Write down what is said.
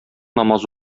намаз